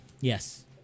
Yes